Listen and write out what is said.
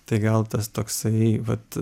tai gal tas toksai vat